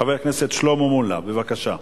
חבר הכנסת שלמה מולה, בבקשה.